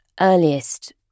earliest